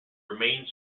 remained